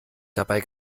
dabei